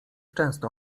często